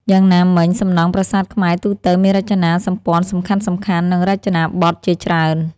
យ៉ាងណាមិញ សំណង់ប្រាសាទខ្មែរទូទៅមានរចនាសម្ព័ន្ធសំខាន់ៗ និងរចនាបថជាច្រើន។